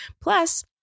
Plus